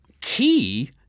key